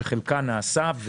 שחלקה נעשה,